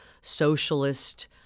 socialist